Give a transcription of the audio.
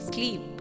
Sleep